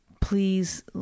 please